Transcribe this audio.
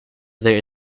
there